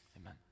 Amen